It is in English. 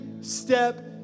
step